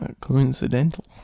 coincidental